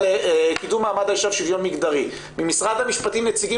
לקידום מעמד האישה ושוויון מגדרי ממשרד המשפטים נציגים